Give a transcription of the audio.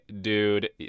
dude